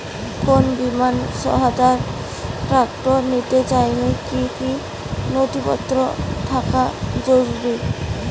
কোন বিমার সহায়তায় ট্রাক্টর নিতে চাইলে কী কী নথিপত্র থাকা জরুরি?